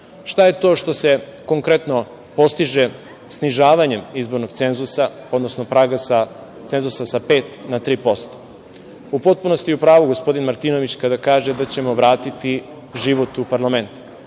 šta je to što se konkretno postiže snižavanjem izbornog cenzusa, odnosno praga cenzusa sa 5% na 3%?U potpunosti je u pravu gospodin Martinović kada kaže da ćemo vratiti život u parlament,